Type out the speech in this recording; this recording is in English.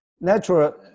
natural